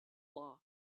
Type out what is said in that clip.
law